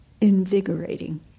invigorating